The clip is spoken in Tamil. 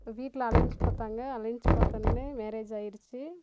வீட்டில் அலைன்ஸ் பார்த்தாங்க அலைன்ஸ் பார்த்தோன்னே மேரேஜ் ஆயிடுத்து